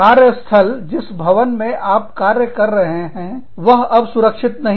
कार्यस्थल जिस भवन में आप कार्य कर रहे हैं वह अब सुरक्षित नहीं है